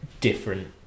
different